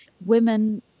Women